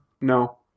No